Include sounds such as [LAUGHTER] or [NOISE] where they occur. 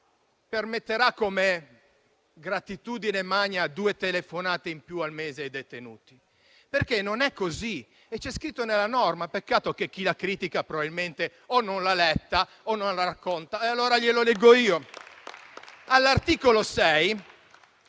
permetterà come gratitudine magna due telefonate in più al mese ai detenuti, perché non è così. C'è scritto nella norma, ma peccato che chi la critica probabilmente o non l'ha letta o non la racconta bene. [APPLAUSE] Allora la leggo io. All'articolo 6